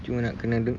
cuma nak kena dengar